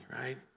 right